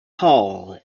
hall